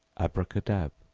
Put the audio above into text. abracadab,